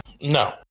No